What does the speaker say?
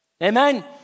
Amen